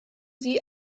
sie